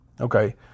Okay